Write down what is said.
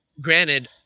granted